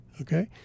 okay